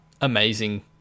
amazing